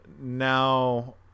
Now